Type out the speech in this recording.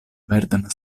verdan